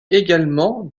également